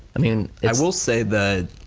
i mean i will say that,